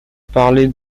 parler